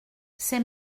c’est